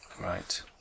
Right